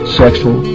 sexual